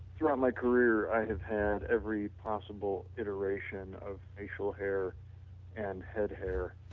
throughout my career i have had every possible iteration of facial hair and head hair.